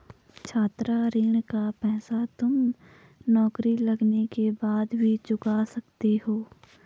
छात्र ऋण का पैसा तुम नौकरी लगने के बाद भी चुका सकते हो